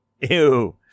Ew